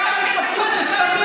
כמה נפלו לסמים,